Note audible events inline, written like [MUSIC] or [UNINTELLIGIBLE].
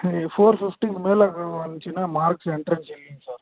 இங்கே ஃபோர் ஃபிஃப்டிக்கு மேலே [UNINTELLIGIBLE] இருந்துச்சின்னா மார்க்ஸ் எண்ட்ரென்ஸ் இல்லைங்க சார்